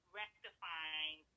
rectifying